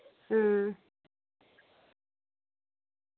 हां